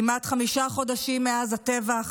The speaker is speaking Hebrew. כמעט חמישה חודשים מאז הטבח,